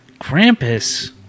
Krampus